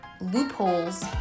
loopholes